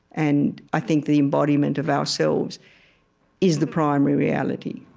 and i think the embodiment of ourselves is the primary reality